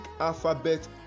alphabet